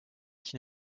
qui